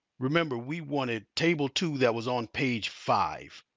remember we wanted table two that was on page five.